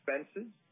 expenses